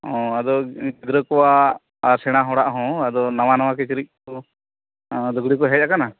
ᱚᱻ ᱟᱫᱚ ᱜᱤᱫᱽᱨᱟᱹ ᱠᱚᱣᱟᱜ ᱟᱨ ᱥᱮᱬᱟ ᱦᱚᱲᱟᱜ ᱦᱚᱸ ᱟᱫᱚ ᱱᱟᱣᱟ ᱱᱟᱣᱟ ᱠᱤᱪᱨᱤᱡ ᱠᱚ ᱞᱩᱜᱽᱲᱤᱡ ᱠᱚ ᱦᱮᱡ ᱟᱠᱟᱱᱟ